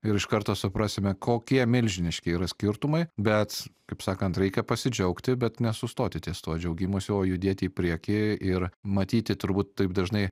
ir iš karto suprasime kokie milžiniški yra skirtumai bet kaip sakant reikia pasidžiaugti bet nesustoti ties tuo džiaugimusi o judėti į priekį ir matyti turbūt taip dažnai